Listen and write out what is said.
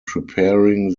preparing